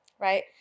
right